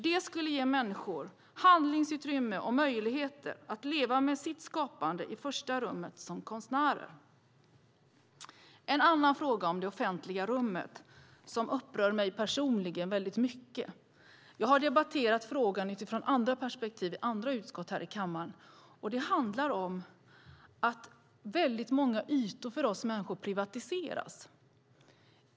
Det skulle ge människor handlingsutrymme och möjligheter att leva med sitt skapande i första rummet, som konstnärer. Det finns en annan fråga om det offentliga rummet som upprör mig personligen väldigt mycket. Jag har debatterat frågan utifrån andra perspektiv i andra utskott här i kammaren. Det handlar om att väldigt många ytor för oss människor privatiseras.